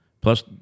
Plus